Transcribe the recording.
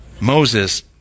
Moses